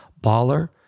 Baller